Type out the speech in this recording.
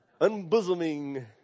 Unbosoming